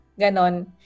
ganon